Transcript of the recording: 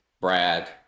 brad